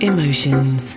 Emotions